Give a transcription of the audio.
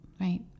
Right